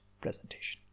presentation